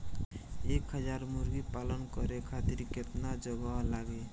एक हज़ार मुर्गी पालन करे खातिर केतना जगह लागी?